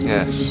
Yes